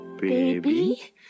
Baby